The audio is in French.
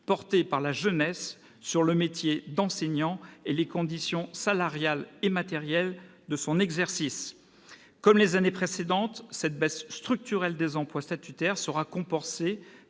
portée par la jeunesse sur le métier d'enseignant et les conditions salariales et matérielles de son exercice. Comme les années précédentes, cette baisse structurelle des emplois statutaires sera compensée